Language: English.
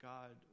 God